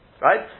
right